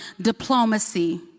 diplomacy